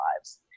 lives